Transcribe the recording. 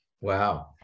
wow